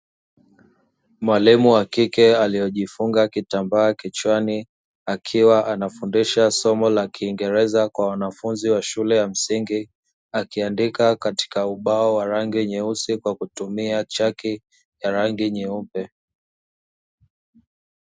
Mwalimu wa kike aliyejifunga kitambaa kichwani, akiwa anafundisha somo la kiingereza kwa wanafunzi wa shule ya msingi, akiandika katika ubao wa rangi nyeusi kwa kutumia chaki ya rangi nyeupe.